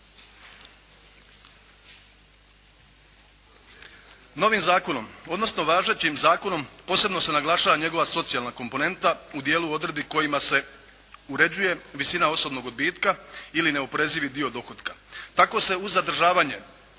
Novim zakonom, odnosno važećim Zakonom posebno se naglašava njegova socijalna komponenta u dijelu odredbi kojima se uređuje visina osobnog odbitka, ili neoporezivi dio dohotka. Tako se uz zadržavanje